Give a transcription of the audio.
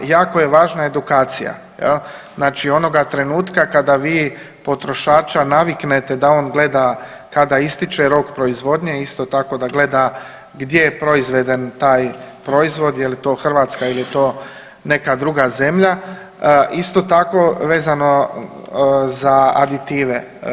Jako je važna edukacija jel, znači onoga trenutka kada vi potrošača naviknete da on gleda kada ističe rok proizvodnje, isto tako da gleda gdje je proizveden taj proizvod je li to Hrvatska il je to neka druga zemlja, isto tako vezano za aditive.